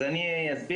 אז אני אסביר.